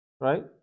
right